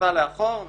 נעשתה לאחור.